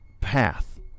path